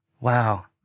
Wow